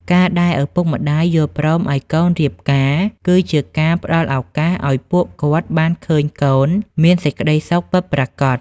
ការដែលឪពុកម្ដាយយល់ព្រមឱ្យកូនរៀបការ គឺជាការផ្ដល់ឱកាសឱ្យពួកគាត់បានឃើញកូនមានសេចក្ដីសុខពិតប្រាកដ។